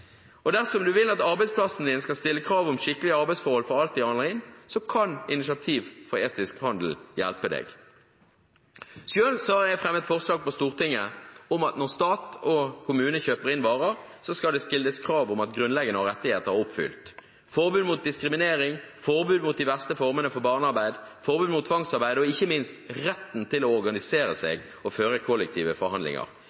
seg? Dersom man vil at arbeidsplassen skal stille krav om skikkelige arbeidsforhold for alt som handles inn, kan Initiativ for etisk handel hjelpe. Jeg har selv fremmet forslag til Stortinget om at når staten og kommunene kjøper inn varer, skal det stilles krav om at grunnleggende rettigheter er oppfylt. Forbud mot diskriminering, forbud mot de verste formene for barnearbeid, forbud mot tvangsarbeid og ikke minst retten til å organisere